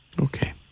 Okay